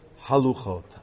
haluchot